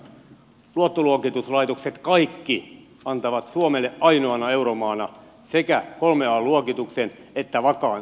kaikki luottoluokituslaitokset antavat suomelle ainoana euromaana sekä kolmen an luokituksen että vakaan tulevaisuuden näkymän